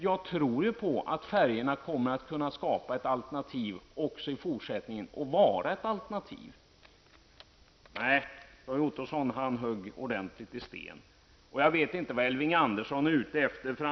Jag tror ju att färjorna kan utgöra ett alternativ också i fortsättningen. Nej, Roy Ottosson högg ordentligt i sten. Jag vet inte vad Elving Andersson är ute efter.